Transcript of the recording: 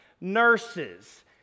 nurses